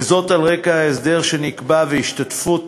וזאת על רקע ההסדר שנקבע והשתתפות